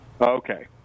Okay